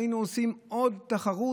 היינו עושים עוד תחרות,